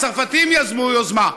הצרפתים יזמו יוזמה,